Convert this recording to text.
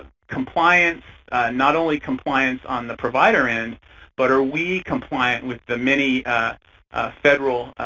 compliance not only compliance on the provider end but are we compliant with the many federal,